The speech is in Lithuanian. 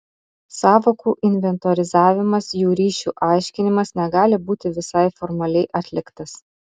sąvokų inventorizavimas jų ryšių aiškinimas negali būti visai formaliai atliktas